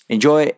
Enjoy